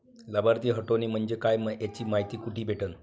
लाभार्थी हटोने म्हंजे काय याची मायती कुठी भेटन?